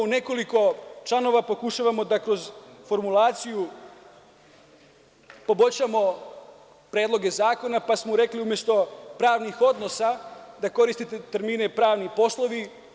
U nekoliko članova pokušavamo da kroz formulaciju poboljšamo predloge zakona, pa smo rekli umesto „pravnih odnosa“, da koristite termine „pravni poslovi“